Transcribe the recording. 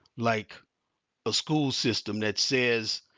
like a school system that says,